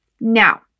Now